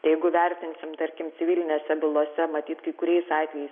jeigu vertinsim tarkim civilinėse bylose matyt kai kuriais atvejais